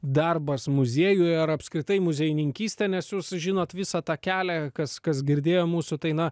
darbas muziejuj ar apskritai muziejininkystė nes jūs žinot visą tą kelią kas kas girdėjo mūsų tai na